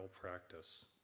practice